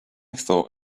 thought